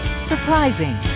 surprising